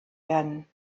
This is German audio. werden